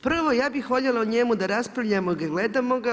Prvo ja bih voljela o njemu da raspravljamo gledamo ga.